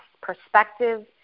perspective